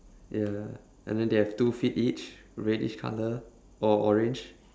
ya and then they have two feet each reddish colour or orange